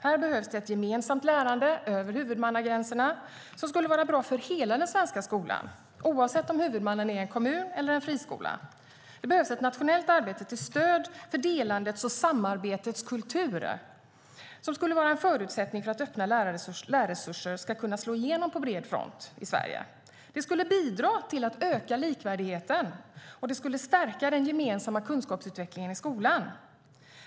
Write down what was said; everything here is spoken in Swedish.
Här behövs det ett gemensamt lärande över huvudmannagränserna som skulle vara bra för hela den svenska skolan, oavsett om huvudmannen är en kommun eller en friskola. Det behövs ett nationellt arbete till stöd för en delandets och samarbetets kultur som är en förutsättning för att öppna lärresurser ska kunna slå igenom på bred front i Sverige. Det skulle bidra till att öka likvärdigheten, och det skulle stärka den gemensamma kunskapsutvecklingen i skolan.